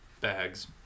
bags